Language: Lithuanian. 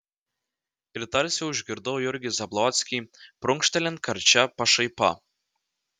ir tarsi užgirdau jurgį zablockį prunkštelint karčia pašaipa